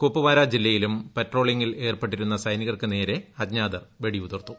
കുപ്പ്വാര ജില്ലയിലും പട്രോളിംഗിൽ ഏർപ്പെട്ടിരുന്ന സൈനികർക്കുനേരെ അജ്ഞാതർ വെടിയുതിർത്തു